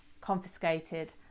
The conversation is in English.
confiscated